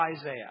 Isaiah